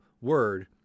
word